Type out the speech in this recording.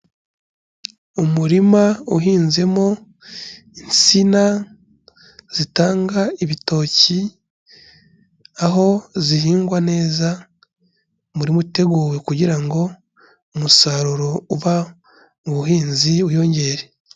Umurima uhinzemo insina zitanga ibitoki, aho zihingwa neza umurimo uteguwe kugira ngo umusaruro uva mu buhinzi wiyongere.